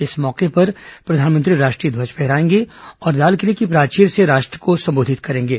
इस मौके पर प्रधानमंत्री राष्ट्रीय ध्वज फहराएंगे और लालकिले की प्राचीर से राष्ट्र को सम्बोधित करेंगे